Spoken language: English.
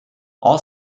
all